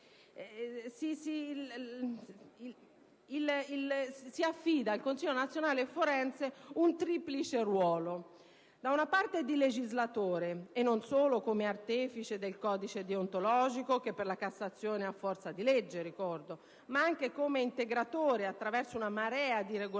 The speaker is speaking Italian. si affida al Consiglio nazionale forense un triplice ruolo: innanzitutto quello di legislatore, e non solo come artefice del codice deontologico, che per la Cassazione, lo ricordo, ha forza di legge, ma anche come integratore attraverso una marea di regolamenti